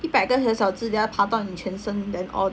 一百个很小只 then 爬到你全身 then all